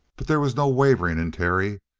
but there was no wavering in terry.